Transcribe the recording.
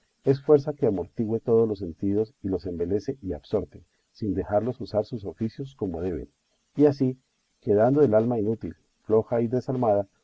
es fuerza que amortigüe todos los sentidos y los embelese y absorte sin dejarlos usar sus oficios como deben y así quedando el alma inútil floja y